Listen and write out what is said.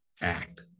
Act